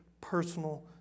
personal